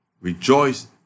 rejoice